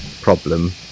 problem